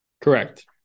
Correct